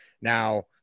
now